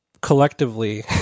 collectively